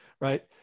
Right